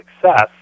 success